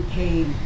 came